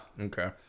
Okay